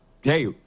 hey